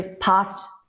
past